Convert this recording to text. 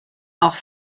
auch